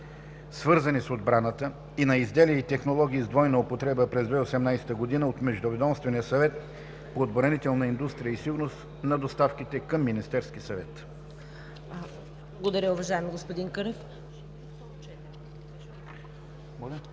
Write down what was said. свързани с отбраната, и на изделия и технологии с двойна употреба през 2018 г. от Междуведомствения съвет по отбранителна индустрия и сигурност на доставките към Министерския съвет.“